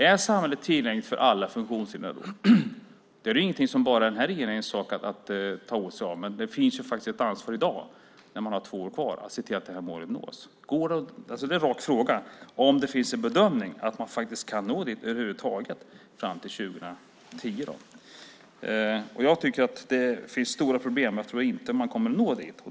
Är samhället tillgängligt för alla funktionshindrade då? Det är ingenting som bara den här regeringen kan ta åt sig av. Men det finns ett ansvar i dag när man har två år kvar att se till att målet nås. Jag vill ställa en rak fråga om det finns en bedömning att man över huvud taget kan nå dit fram till år 2010. Jag tycker att det finns stora problem. Jag tror inte att man kommer att nå dit.